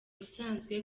busanzwe